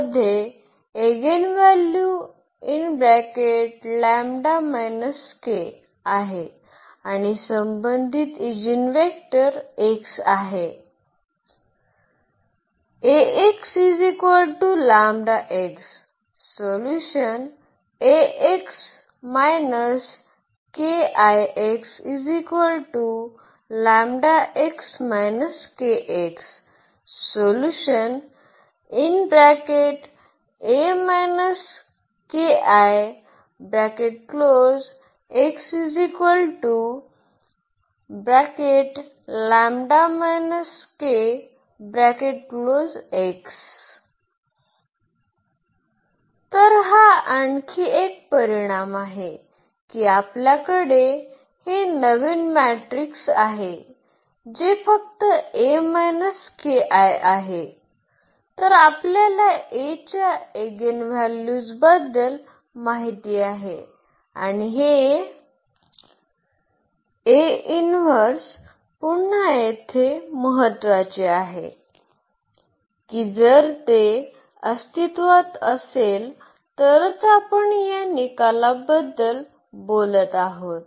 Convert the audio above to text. मध्ये एगिनव्हॅल्यू आहे आणि संबंधित ईजीनवेक्टर x आहे तर हा आणखी एक परिणाम आहे की आपल्याकडे हे नवीन मॅट्रिक्स आहे जे फक्त आहे तर आपल्याला A च्या एगिनव्हॅल्यूजबद्दल माहिती आहे आणि हे पुन्हा येथे महत्वाचे आहे की जर ते अस्तित्वात असेल तरच आपण या निकालाबद्दल बोलत आहोत